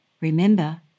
remember